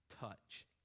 touch